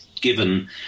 given